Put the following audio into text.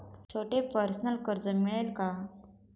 छोटे पर्सनल कर्ज मिळेल का?